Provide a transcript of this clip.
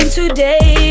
today